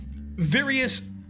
various